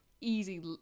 easy